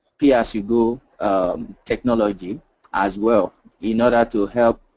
pay-as-you-go technology as well in order to help